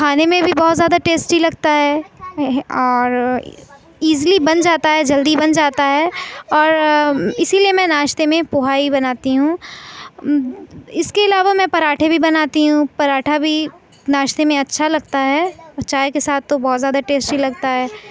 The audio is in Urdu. کھانے میں بھی بہت زیادہ ٹیسٹی لگتا ہے اور ایزلی بن جاتا ہے جلدی بن جاتا ہے اور اسی لیے میں ناشتے میں پوہا ہی بناتی ہوں اس کے علاوہ میں پراٹھے بھی بناتی ہوں پراٹھا بھی ناشتے میں اچھا لگتا ہے چائے کے ساتھ تو بہت زیادہ ٹیسٹی لگتا ہے